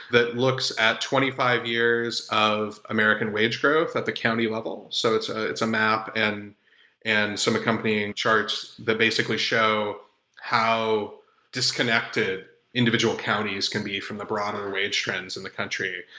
that looks at twenty five years of american wage growth at the county level. so it's ah it's a map and and some accompanying charts that basically show how disconnected individual counties can be from the and wage trends in the country.